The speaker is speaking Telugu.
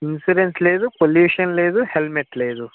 ఇన్స్యూరెన్స్ లేదు పొల్యూషన్ లేదు హెల్మెట్ లేదు